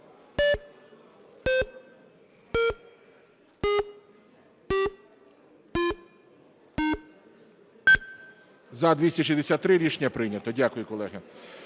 За-263 Рішення прийнято. Дякую, колеги.